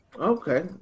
Okay